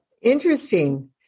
Interesting